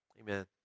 Amen